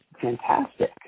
fantastic